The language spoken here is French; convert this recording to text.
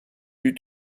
eut